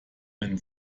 wenn